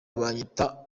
babyita